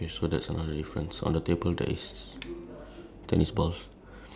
wait wait on the table does yours have um tennis ball